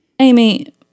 Amy